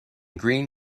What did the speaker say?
green